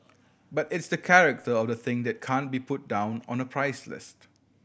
but it's the character of the thing that can't be put down on a price list